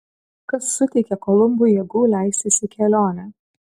kas suteikė kolumbui jėgų leistis į kelionę